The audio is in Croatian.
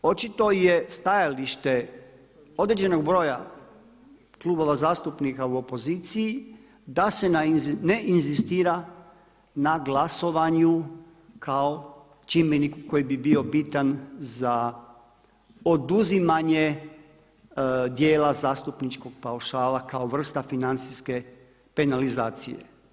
Očito je stajalište određenog broja klubova zastupnika u opoziciji da se ne inzistira na glasovanju kao čimbeniku koji bi bio bitan za oduzimanje dijela zastupničkog paušala kao vrsta financijske penalizacije.